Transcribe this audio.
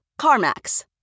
CarMax